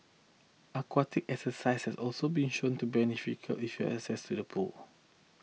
aquatic exercises also been shown to be beneficial if you access to a pool